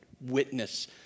witness